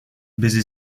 busy